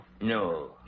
No